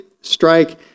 strike